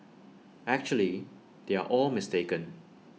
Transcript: actually they are all mistaken